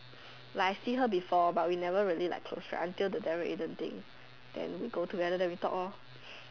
like I see her before but we never really like close right until the Daryl Aiden thing then we go together then we talk lor